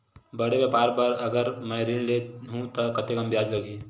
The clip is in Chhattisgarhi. बड़े व्यापार बर अगर मैं ऋण ले हू त कतेकन ब्याज लगही?